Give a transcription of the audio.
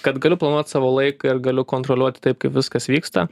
kad galiu planuot savo laiką ir galiu kontroliuoti taip kaip viskas vyksta